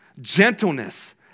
gentleness